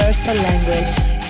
language